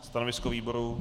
Stanovisko výboru?